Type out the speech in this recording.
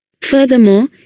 furthermore